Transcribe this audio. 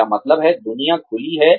मेरा मतलब है दुनिया खुली है